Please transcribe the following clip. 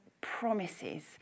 promises